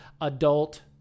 adult